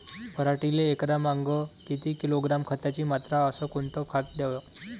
पराटीले एकरामागं किती किलोग्रॅम खताची मात्रा अस कोतं खात द्याव?